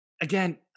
again